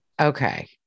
Okay